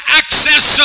access